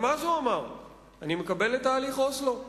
גם אז הוא אמר: אני מקבל את תהליך אוסלו.